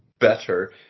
better